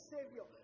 Savior